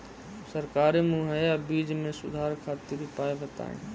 सरकारी मुहैया बीज में सुधार खातिर उपाय बताई?